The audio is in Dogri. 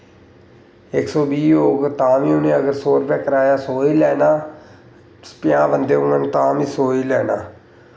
इक सौ बीह् होग तां बी उ'नें अगर सौ रपेऽ कराया सौ गै लैना पंजाह् बंदे होङन तां बी सौ गै लैना